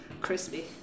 Crispy